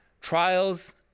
Trials